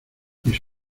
mis